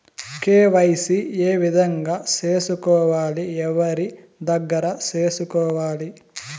KYC ఏ విధంగా సేసుకోవాలి? ఎవరి దగ్గర సేసుకోవాలి?